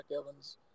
Evans